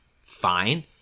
fine